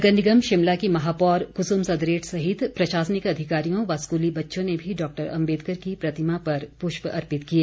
नगर निगम शिमला की महापौर कुसुम सदरेट सहित प्रशासनिक अधिकारियों व स्कूली बच्चों ने भी डॉक्टर अम्बेदकर की प्रतिमा पर पुष्प अर्पित किए